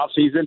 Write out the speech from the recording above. offseason